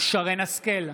שרן מרים השכל,